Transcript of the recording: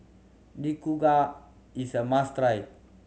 nikujaga is a must try